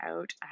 out